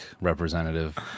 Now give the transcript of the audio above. representative